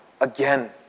again